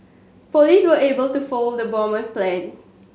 police were able to foil the bomber's plans